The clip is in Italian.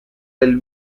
bel